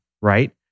right